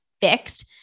fixed